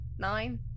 Nine